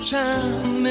time